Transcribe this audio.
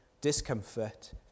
discomfort